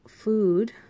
food